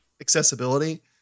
accessibility